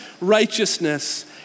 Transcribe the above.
righteousness